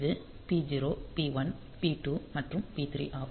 இது பி0 P one P two மற்றும் பி3 ஆகும்